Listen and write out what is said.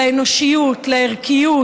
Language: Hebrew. לאנושיות, לערכיות,